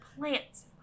plants